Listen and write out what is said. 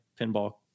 pinball